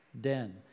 den